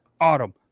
Autumn